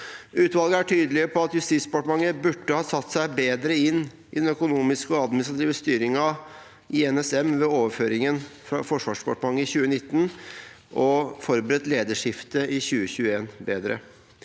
Utvalget er tydelig på at Justisdepartementet burde ha satt seg bedre inn i den økonomiske og administrative styringen i NSM ved overføringen fra Forsvarsdepartementet i 2019 og forberedt lederskiftet i 2021 bedre.